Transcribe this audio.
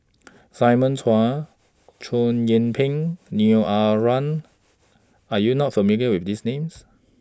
Simon Chua Chow Yian Ping Neo Ah Luan Are YOU not familiar with These Names